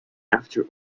after